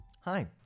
Hi